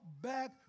back